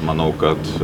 manau kad